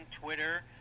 Twitter